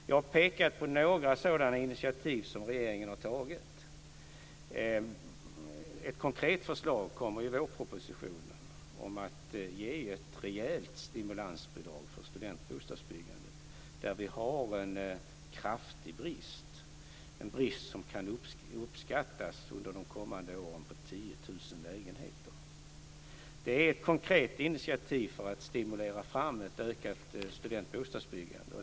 Jag har pekat på några sådana initiativ som regeringen har tagit. Ett konkret förslag kommer i vårpropositionen om att ge ett rejält stimulansbidrag för byggande av studentbostäder som det råder en kraftig brist på - en brist som under de kommande åren kan uppskattas till 10 000 lägenheter. Det är ett konkret initiativ för att stimulera fram ett ökat studentbostadsbyggande.